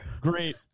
great